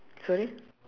sorry